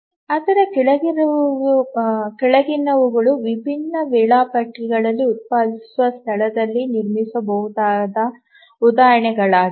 ಆದರೆ ಕೆಳಗಿನವುಗಳು ವಿಭಿನ್ನ ವೇಳಾಪಟ್ಟಿಗಳನ್ನು ಉತ್ಪಾದಿಸುವ ಸ್ಥಳದಲ್ಲಿ ನಿರ್ಮಿಸಬಹುದಾದ ಉದಾಹರಣೆಯಾಗಿದೆ